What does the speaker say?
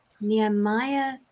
Nehemiah